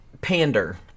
pander